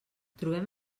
trobem